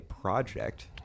project